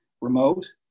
remote